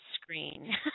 screen